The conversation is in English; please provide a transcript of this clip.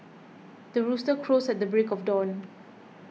the rooster crows at the break of dawn